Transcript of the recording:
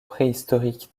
préhistorique